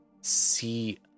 see